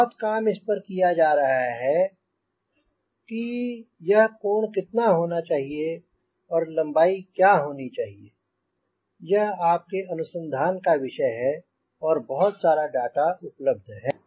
बहुत काम इस पर किया जा रहा है की यह कोण कितना होना चाहिए और लंबाई क्या होनी चाहिए यह आपके अनुसंधान का विषय है और बहुत सारा डाटा उपलब्ध है